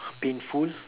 painful